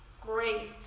great